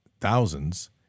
thousands